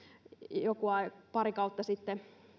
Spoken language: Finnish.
pari kautta sitten